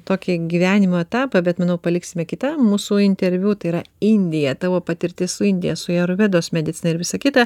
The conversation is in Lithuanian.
tokį gyvenimo etapą bet manau paliksime kitam mūsų interviu tai yra indija tavo patirtis su indija su ajurvedos medicina ir visa kita